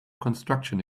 construction